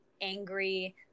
angry